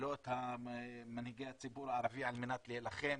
ולא את מנהיגי הציבור הערבי על מנת להילחם